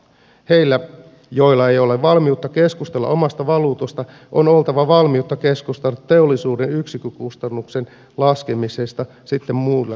heillä joilla ei ole valmiutta keskustella omasta valuutasta on oltava valmiutta keskustella teollisuuden yksikkökustannusten laskemisesta sitten muilla keinoin